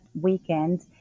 weekend